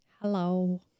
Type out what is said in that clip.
hello